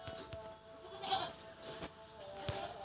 भुट्टा काई किसम माटित अच्छा, आर कतेला पानी दिले सही होवा?